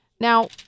Now